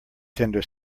tender